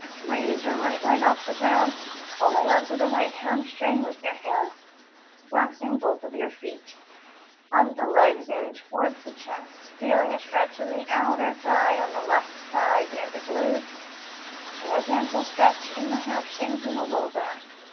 raise your right leg off the ground holding on to the right hamstring with your hands flexing both of your feet hug the legs in towards the chest feeling a stretch in the outer thigh on the left side near the glute and a gentle stretch in the hamstrings and the low back